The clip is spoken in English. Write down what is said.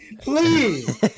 Please